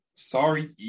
Sorry